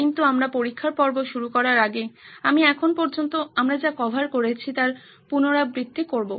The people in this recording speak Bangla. কিন্তু আমরা পরীক্ষার পর্ব শুরু করার আগে আমি এখন পর্যন্ত আমরা যা কভার করেছি তার পুনরাবৃত্তি করবো